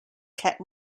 kept